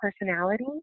personality